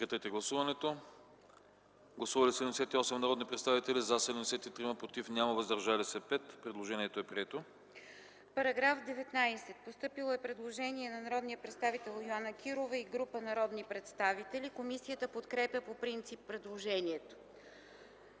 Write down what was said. По § 24 е постъпило предложение на народния представител Йоана Кирова и група народни представители. Комисията подкрепя предложението.